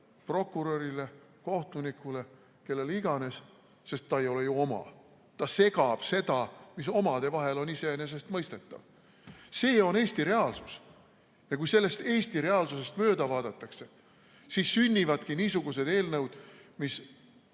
prokurörile, kohtunikule, kellele iganes, sest ta ei ole ju oma, ta segab seda, mis omade vahel on iseenesestmõistetav. See on Eesti reaalsus. Kui sellest Eesti reaalsusest mööda vaadatakse, siis sünnivadki niisugused eelnõud, mis